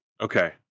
Okay